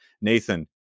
Nathan